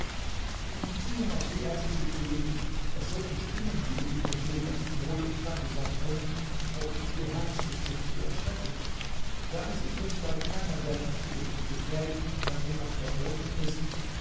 in beziehung auf die erste gestehe ich daß solche stimmen wie du sie mir schilderst wohl imstande sein können auch die beherztesten zu erschrecken da es indes bei keiner sehr wichtigen und gefährlichen unternehmung verboten ist